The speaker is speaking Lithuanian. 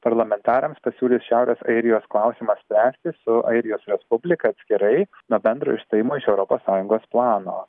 parlamentarams pasiūlys šiaurės airijos klausimą spręsti su airijos respublika atskirai nuo bendro išstojimo iš europos sąjungos plano